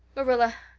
marilla,